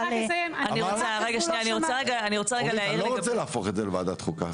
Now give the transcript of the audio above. אורית אני לא רוצה להפוך את זה לוועדת חוקה.